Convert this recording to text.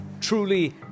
Truly